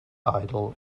idol